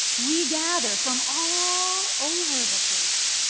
we gather from all over the place.